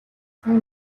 сайн